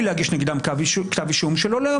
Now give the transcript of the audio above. להגיש נגדם כתב אישום שלא יועמדו לדין.